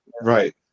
right